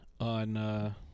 on